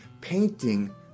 painting